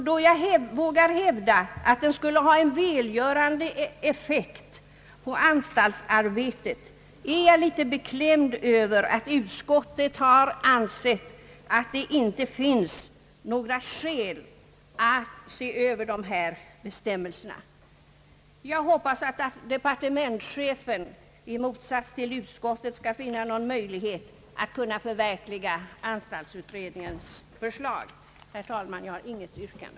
Då jag vågar hävda att den skulle ha en välgörande effekt på anstaltsarbetet är jag litet beklämd över att utskottet har ansett att det inte finns några skäl att se över bestämmelserna. Jag hoppas att departementschefen i motsats till utskottet skall finna någon möjlighet att förverkliga anstaltsutredningens förslag. Herr talman! Jag har intet yrkande.